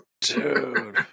Dude